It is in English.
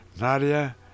Nadia